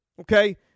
okay